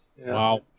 Wow